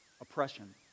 oppression